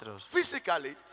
physically